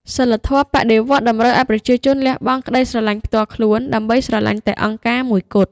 សីលធម៌បដិវត្តន៍តម្រូវឱ្យប្រជាជនលះបង់ក្តីស្រឡាញ់ផ្ទាល់ខ្លួន ដើម្បីស្រឡាញ់តែ "អង្គការ" មួយគត់។